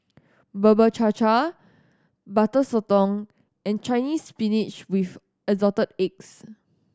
Bubur Cha Cha Butter Sotong and Chinese Spinach with Assorted Eggs